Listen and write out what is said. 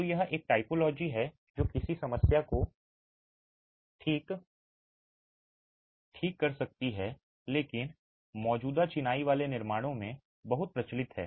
तो यह एक टाइपोलॉजी है जो किसी समस्या को ठीक कर सकती है लेकिन मौजूदा चिनाई वाले निर्माणों में बहुत प्रचलित है